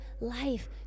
life